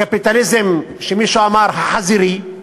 הקפיטליזם שמישהו אמר, החזירי,